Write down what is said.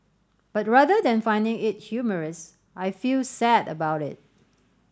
but rather than finding it humorous I feel sad about it